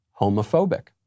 homophobic